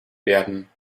werden